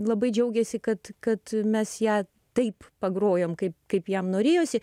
labai džiaugėsi kad kad mes ją taip pagrojom kaip kaip jam norėjosi